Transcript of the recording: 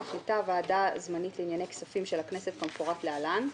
מחליטה הוועדה הזמנית לענייני כספים של הכנסת כמפורט להלן: